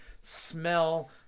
smell